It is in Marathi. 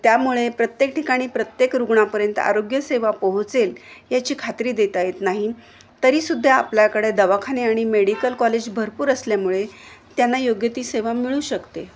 त्यामुळे प्रत्येक ठिकाणी प्रत्येक रुग्णापर्यंत आरोग्यसेवा पोहोचेल याची खात्री देता येत नाही तरीसुद्धा आपल्याकडे दवाखाने आणि मेडिकल कॉलेज भरपूर असल्यामुळे त्यांना योग्य ती सेवा मिळू शकते